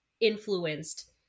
influenced